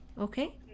Okay